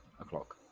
o'clock